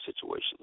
situations